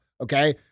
Okay